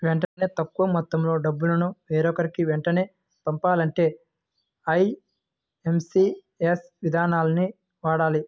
వెంటనే తక్కువ మొత్తంలో డబ్బును వేరొకరికి వెంటనే పంపాలంటే ఐఎమ్పీఎస్ ఇదానాన్ని వాడాలి